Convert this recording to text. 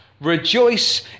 rejoice